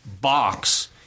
box